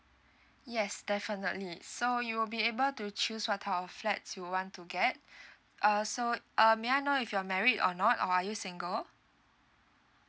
yes definitely so you will be able to choose what type of flats you want to get uh so um may I know if you're married or not or are you single